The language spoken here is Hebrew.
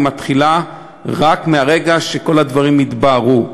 והיא מתחילה רק מהרגע שכל הדברים יתבהרו.